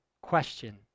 question